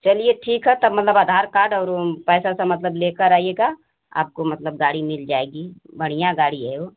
चलिए ठीक है तब मतलब आधार कार्ड पैसा उसा मतलब लेकर आइएगा आपको मतलब गाड़ी मिल जाएगी बढ़िया गाड़ी है